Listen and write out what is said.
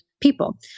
people